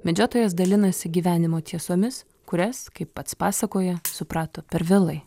medžiotojas dalinasi gyvenimo tiesomis kurias kaip pats pasakoja suprato per vėlai